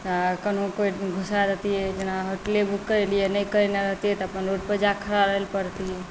तऽ कोनहु कोइ घुसा देतिए जेना होटल बुक करेलिए नहि करेने रहतिए तऽ अपन रोडपर जाकऽ खड़ा रहैलए पड़तिए